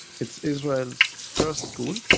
it's israel's first school,